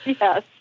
Yes